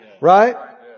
Right